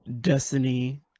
Destiny